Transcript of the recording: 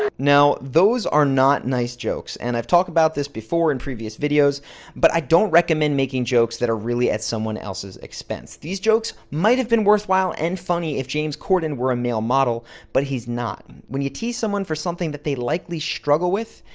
now those are not nice jokes and i've talked about this before in previous videos but i don't recommend making jokes that are really at someone else's expense. these jokes might have been worthwhile and funny if james corden were a male model but he's not. when you tease someone for something that they likely struggle with,